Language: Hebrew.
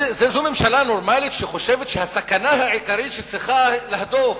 זו ממשלה נורמלית שחושבת שהסכנה העיקרית שהיא צריכה להדוף,